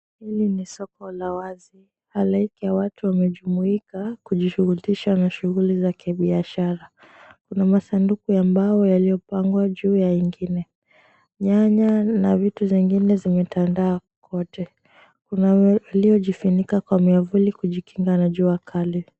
Hili ni soko la wazi halaiki ya watu wamejumuika kujishurutisha za shughuli za kibiashara, kuna masanduku ya mbao yaliopangwa ju ya ingine. Nyanya na vitu zingine zimetandaa kote, kuna wenye waliojifinika ma mwavuli kujikinga na jua kali.